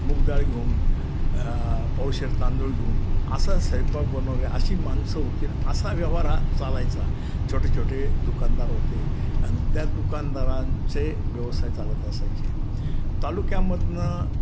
मुग दाळ घेऊन पावशेर तांदूळ घेऊन असा सैपाक बनवणारे अशी माणसं होती न असा व्यवहार हा चालायचा छोटे छोटे दुकानदार होते आणि त्या दुकानदारांचे व्यवसाय चालत असायचे तालुक्यामधून